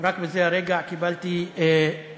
רק בזה הרגע קיבלתי הודעה,